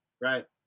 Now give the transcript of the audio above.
right